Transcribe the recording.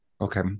okay